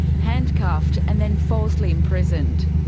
handcuffed and then falsely imprisoned.